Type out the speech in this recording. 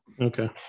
Okay